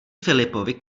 filipovi